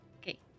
okay